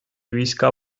війська